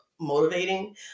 motivating